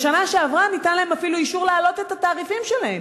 בשנה שעברה ניתן להם אפילו אישור להעלות את התעריפים שלהם